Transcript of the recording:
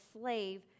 slave